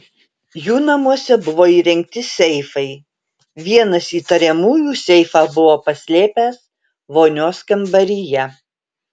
jų namuose buvo įrengti seifai vienas įtariamųjų seifą buvo paslėpęs vonios kambaryje